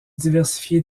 diversifiée